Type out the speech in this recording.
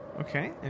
Okay